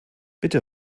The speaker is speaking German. bitte